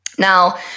Now